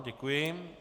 Děkuji.